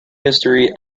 history